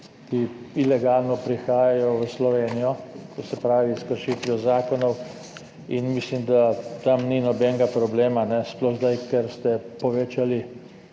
ki ilegalno prihajajo v Slovenijo, to se pravi s kršitvijo zakonov, in mislim, da tam ni nobenega problema, sploh zdaj ko ste povečali